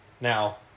Now